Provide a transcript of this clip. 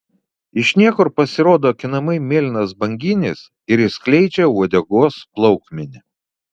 iš niekur pasirodo akinamai mėlynas banginis ir išskleidžia uodegos plaukmenį